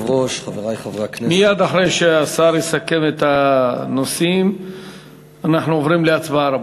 מייד לאחר שהשר יסכם את הנושאים אנחנו עוברים להצבעה.